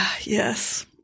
Yes